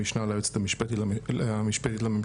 המשנה ליועץ המשפטי לממשלה.